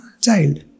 child